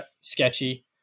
sketchy